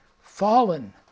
Fallen